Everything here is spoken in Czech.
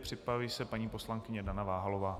Připraví se paní poslankyně Dana Váhalová.